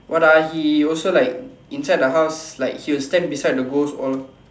what ah he also like inside the house like he will stand beside the ghost all